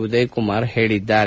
ಉದಯ್ಕುಮಾರ್ ಹೇಳಿದ್ದಾರೆ